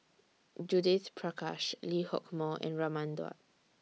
Judith Prakash Lee Hock Moh and Raman Daud